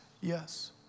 yes